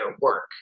work